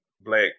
black